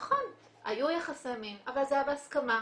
נכון, היו יחסי מין, אבל זה היה בהסכמה.